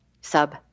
Sub